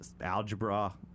algebra